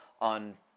on